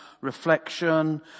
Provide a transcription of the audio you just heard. reflection